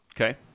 okay